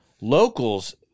Locals